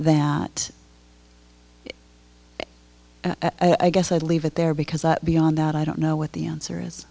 that at i guess i'd leave it there because that beyond that i don't know what the answer is